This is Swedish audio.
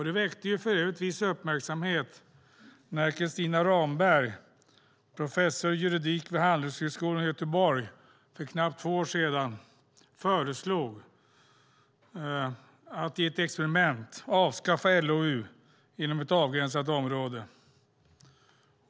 Det väckte för övrigt viss uppmärksamhet när Christina Ramberg, tidigare professor vid Handelshögskolan i Göteborg, för knappt två år sedan föreslog att i ett experiment avskaffa LOU inom ett avgränsat område.